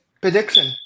prediction